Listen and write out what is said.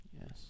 Yes